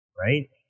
right